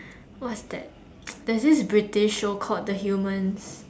what's that there's this British show called the humans